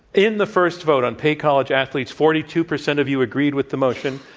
in the first vote on, pay college athletes, forty two percent of you agreed with the motion,